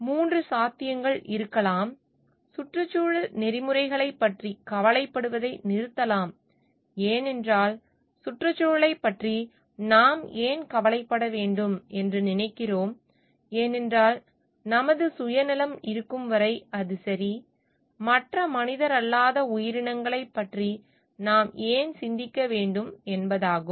3 சாத்தியங்கள் இருக்கலாம் சுற்றுச்சூழல் நெறிமுறைகளைப் பற்றி கவலைப்படுவதை நிறுத்தலாம் ஏனென்றால் சுற்றுச்சூழலைப் பற்றி நாம் ஏன் கவலைப்பட வேண்டும் என்று நினைக்கிறோம் ஏனென்றால் நமது சுயநலம் இருக்கும் வரை அது சரி மற்ற மனிதரல்லாத உயிரினங்களைப் பற்றி நான் ஏன் சிந்திக்க வேண்டும் என்பதாகும்